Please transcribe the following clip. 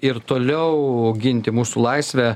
ir toliau ginti mūsų laisvę